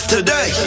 today